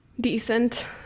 decent